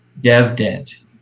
DevDent